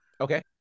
Okay